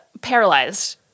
paralyzed